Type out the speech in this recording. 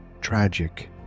tragic